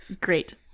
Great